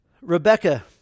Rebecca